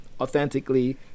authentically